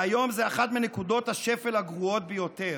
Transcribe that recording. והיום הוא אחת מנקודות השפל הגרועות ביותר.